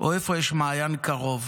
או איפה יש מעיין קרוב.